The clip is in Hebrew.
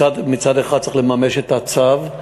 מצד אחד צריך לממש את הצו,